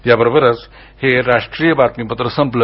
याबरोबरच हे राष्ट्रीय बातमीपत्र संपलं